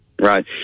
Right